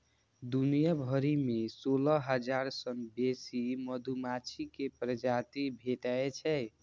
दुनिया भरि मे सोलह हजार सं बेसी मधुमाछी के प्रजाति भेटै छै